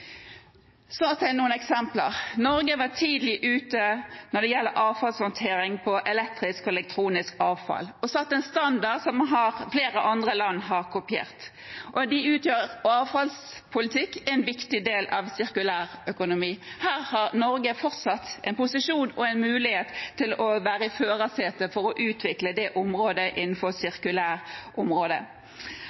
Så til noen eksempler: Norge var tidlig ute når det gjelder avfallshåndtering av elektrisk og elektronisk avfall, og har satt en standard som flere andre land har kopiert. Avfallspolitikk er en viktig del av sirkulær økonomi. Norge har fortsatt en posisjon og en mulighet til å være i førersetet når det gjelder å utvikle området sirkulær økonomi, men det